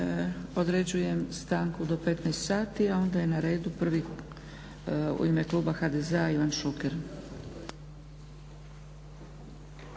Određujem stanku do 15, 00 sati a onda je na redu prvi, u ime kluba HDZ-a Ivan Šuker.